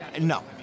No